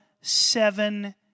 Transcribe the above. seven